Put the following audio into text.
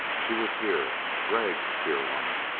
she was here. gregg, dear one!